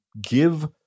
give